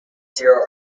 zero